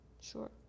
Sure